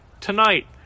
Tonight